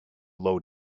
low